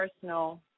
personal